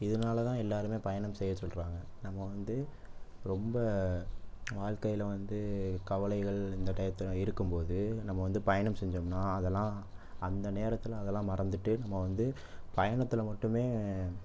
இதனாலதான் எல்லாருமே பயணம் செய்ய சொல்கிறாங்க நம்ம வந்து ரொம்ப வாழ்க்கையில வந்து கவலைகள் அந்த டையத்தில் இருக்கும் போது நம்ம வந்து பயணம் செஞ்சோம்னால் அதெல்லாம் அந்த நேரத்தில் அதெல்லாம் மறந்துட்டு நம்ம வந்து பயணத்தில் மட்டுமே